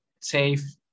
safe